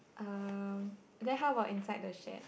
uh then how about inside the shed